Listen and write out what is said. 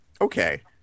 okay